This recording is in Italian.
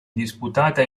disputata